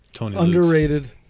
underrated